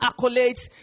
accolades